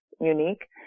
unique